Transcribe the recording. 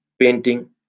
painting